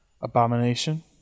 Abomination